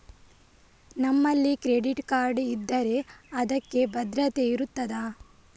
ನಮ್ಮಲ್ಲಿ credit card ಇದ್ದರೆ ಅದಕ್ಕೆ ಭದ್ರತೆ ಇರುತ್ತದಾ?